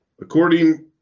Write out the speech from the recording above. According